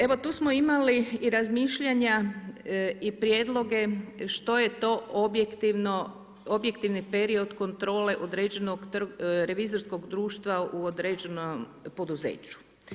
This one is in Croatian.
Evo tu smo imali i razmišljanja i prijedloge što je to objektivni period kontrole određenog revizorskog društva u određenom poduzeću.